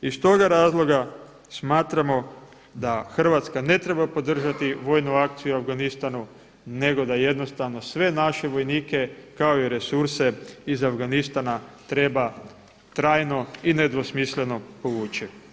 Iz toga razloga smatramo da Hrvatska ne treba podržati vojnu akciju u Afganistanu, nego da jednostavno sve naše vojnike kao i resurse iz Afganistana treba trajno i nedvosmisleno povući.